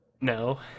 no